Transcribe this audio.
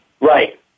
Right